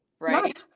right